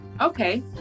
Okay